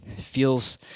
feels